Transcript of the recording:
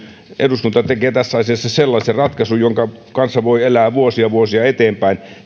eduskunta tekee tässä asiassa sellaisen ratkaisun jonka kanssa voi elää vuosia vuosia eteenpäin